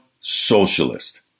socialist